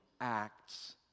acts